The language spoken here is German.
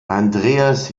andreas